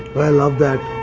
i love that.